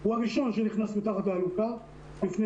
הוא הראשון שנכנס מתחת לאלונקה על פני